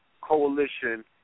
coalition